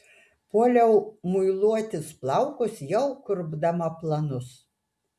puoliau muiluotis plaukus jau kurpdama planus